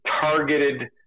targeted